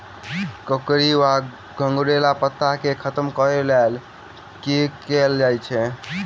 कोकरी वा घुंघरैल पत्ता केँ खत्म कऽर लेल की कैल जाय?